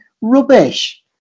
rubbish